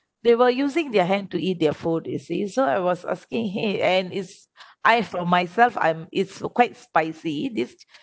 they were using their hand to eat their food you see so I was asking him and is I from myself I'm it's quite spicy this